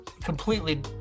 Completely